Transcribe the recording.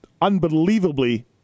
unbelievably